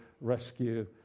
rescue